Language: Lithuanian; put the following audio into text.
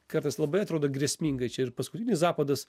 kartais labai atrodo grėsmingai čia ir paskutinis zapadas